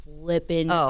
flipping